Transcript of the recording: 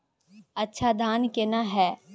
अच्छा धान केना हैय?